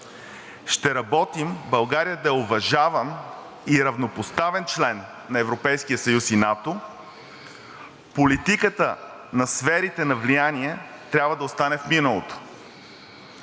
Ще работим България да е уважаван и равнопоставен член на Европейския съюз и НАТО. Политиката на сферите на влияние трябва да остане в миналото.